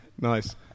Nice